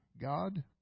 God